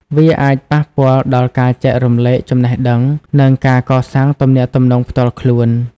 វាអាចប៉ះពាល់ដល់ការចែករំលែកចំណេះដឹង និងការកសាងទំនាក់ទំនងផ្ទាល់ខ្លួន។